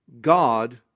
God